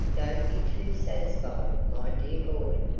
don't be too satisfied, my dear boy,